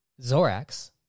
Zorax